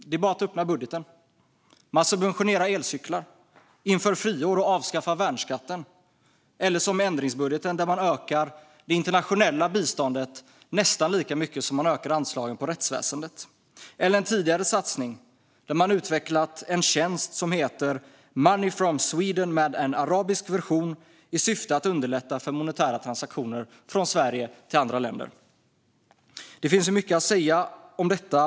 Det är bara att öppna budgetpropositionen och läsa. Man subventionerar elcyklar, inför friår och avskaffar värnskatten. I ändringsbudgeten ökar man det internationella biståndet nästan lika mycket som man ökar anslagen till rättsväsendet. I en tidigare satsning har man utvecklat en tjänst som heter Money from Sweden med arabisk version i syfte att underlätta för monetära transaktioner från Sverige till andra länder. Det finns mycket att säga om detta.